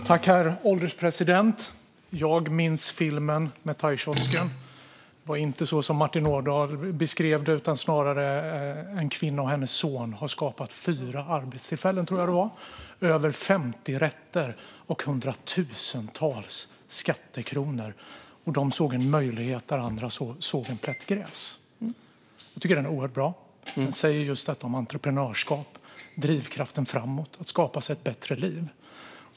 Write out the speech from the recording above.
Herr ålderspresident! Jag minns filmen med thaikiosken. Det var inte som Martin Ådahl beskrev det; det var snarare en kvinna och hennes son som hade skapat fyra arbetstillfällen, tror jag, över 50 rätter och hundratusentals skattekronor. De såg en möjlighet där andra såg en plätt gräs. Jag tycker att den är oerhört bra. Den säger något om just entreprenörskap och drivkraften framåt, att skapa sig ett bättre liv.